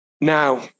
Now